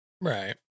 right